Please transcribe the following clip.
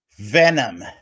Venom